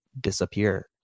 disappear